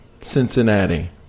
Cincinnati